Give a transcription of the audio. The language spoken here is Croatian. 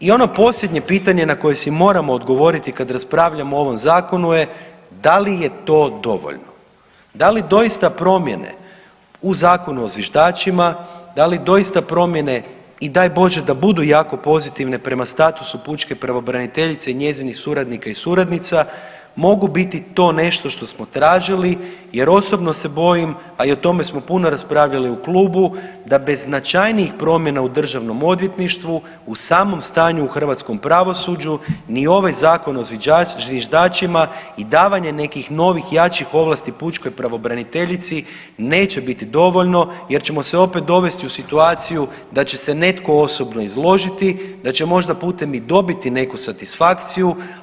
I ono posljednje pitanje na koje si moramo odgovoriti kad raspravljamo o ovom zakonu je da li je to dovoljno, da li doista promjene u Zakonu o zviždačima, da li doista promjene i daj Bože da budu jako pozitivne prema statusu pučke pravobraniteljice i njezinih suradnika i suradnica mogu biti to nešto što smo tražili jer osobno se bojim, a i o tome smo puno raspravljali u klubu da bez značajnijih promjena u državnom odvjetništvu u samom stanju u hrvatskom pravosuđu ni ovaj Zakon o zviždačima i davanje nekih novih i jačih ovlasti pučkoj pravobraniteljici neće biti dovoljno jer ćemo se opet dovesti u situaciju da će se netko osobno izložiti, da će možda putem i dobiti neku satisfakciju.